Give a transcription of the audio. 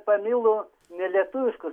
pamilo nelietuviškus